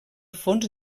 fons